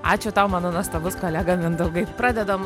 ačiū tau mano nuostabus kolega mindaugai pradedam